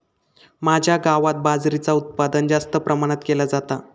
माझ्या गावात बाजरीचा उत्पादन जास्त प्रमाणात केला जाता